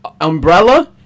Umbrella